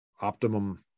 optimum